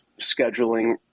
scheduling